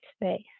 space